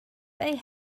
they